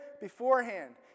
beforehand